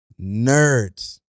nerds